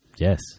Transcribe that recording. Yes